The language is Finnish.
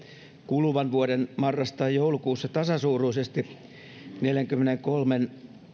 kuluvan vuoden marras tai joulukuussa tasasuuruisesti neljänkymmenenkolmen